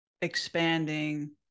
expanding